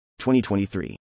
2023